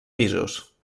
pisos